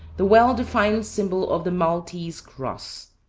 the well-defined symbol of the maltese cross.